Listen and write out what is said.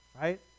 right